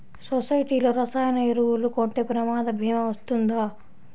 సొసైటీలో రసాయన ఎరువులు కొంటే ప్రమాద భీమా వస్తుందా?